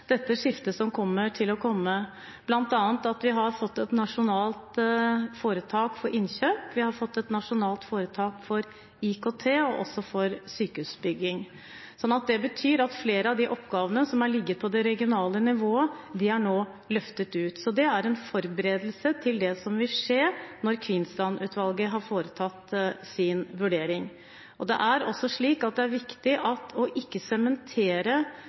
skiftet som kommer til å komme, bl.a. ved at vi har fått et nasjonalt foretak for innkjøp, vi har fått et nasjonalt foretak for IKT og også for sykehusbygging. Det betyr at flere av de oppgavene som har ligget på det regionale nivået, er nå løftet ut. Det er en forberedelse til det som vil skje når Kvinnsland-utvalget har foretatt sin vurdering. Det er også viktig ikke å sementere strukturer i Norge. Helsetjenesten og utviklingen av helsetjenesten i Norge er